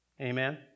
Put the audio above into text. Amen